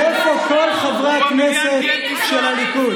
איפה כל חברי הכנסת של הליכוד?